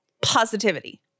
positivity